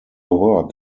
work